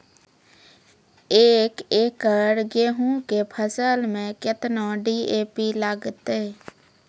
एक एकरऽ गेहूँ के फसल मे केतना डी.ए.पी लगतै?